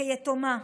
כיתומה.